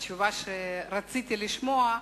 התשובה שרציתי לשמוע,